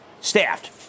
staffed